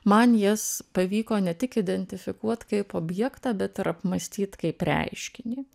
man jas pavyko ne tik identifikuoti kaip objektą bet ir apmąstyt kaip reiškinį